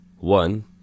One